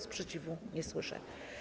Sprzeciwu nie słyszę.